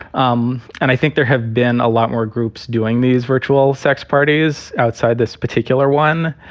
um and i think there have been a lot more groups doing these virtual sex parties outside this particular one.